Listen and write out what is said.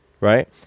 right